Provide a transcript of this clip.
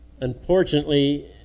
Unfortunately